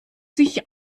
sich